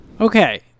Okay